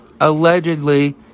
allegedly